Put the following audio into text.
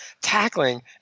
Tackling